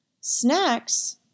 snacks